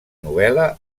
novel·la